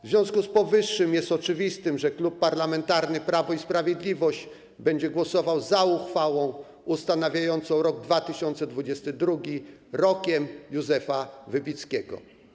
W związku z powyższym jest oczywiste, że Klub Parlamentarny Prawo i Sprawiedliwość będzie głosował za uchwałą ustanawiającą rok 2022 rokiem Józefa Wybickiego.